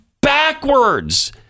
backwards